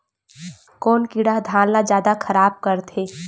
कोन कीड़ा ह धान ल जादा खराब करथे?